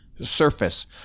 Surface